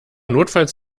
notfalls